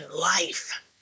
life